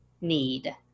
need